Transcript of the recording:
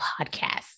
podcast